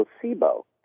placebo